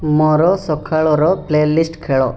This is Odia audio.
ମୋର ସକାଳର ପ୍ଲେ ଲିଷ୍ଟ ଖେଳ